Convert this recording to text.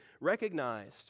recognized